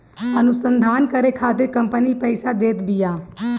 अनुसंधान करे खातिर कंपनी पईसा देत बिया